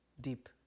deep